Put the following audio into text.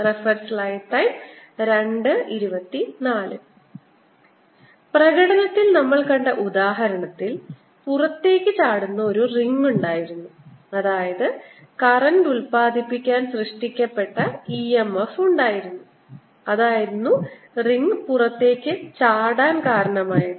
dsBddtds പ്രകടനത്തിൽ നമ്മൾ കണ്ട ഉദാഹരണത്തിൽ പുറത്തേക്ക് ചാടുന്ന ഒരു റിംഗ് ഉണ്ടായിരുന്നു അതായത് കറൻറ് ഉല്പാദിപ്പിക്കാൻ സൃഷ്ടിക്കപ്പെട്ട EMF ഉണ്ടായിരുന്നു അതായിരുന്നു റിംഗ് പുറത്തേക്ക് ചാടാൻ കാരണമായത്